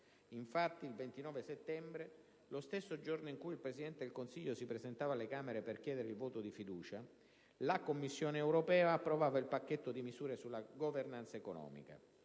Infatti, il 29 settembre, lo stesso giorno in cui il Presidente del Consiglio si presentava alla Camera per chiedere il voto di fiducia, la Commissione europea approvava il pacchetto di misure sulla *governance* economica.